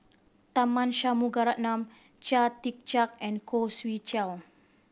Tharman Shanmugaratnam Chia Tee Chiak and Khoo Swee Chiow